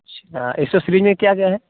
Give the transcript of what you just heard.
अच्छा एक्सेसीरीज में क्या क्या है